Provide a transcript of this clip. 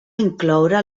incloure